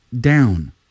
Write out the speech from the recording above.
down